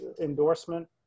endorsement